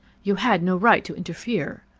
you had no right to interfere,